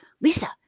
Lisa